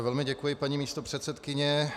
Velmi děkuji, paní místopředsedkyně.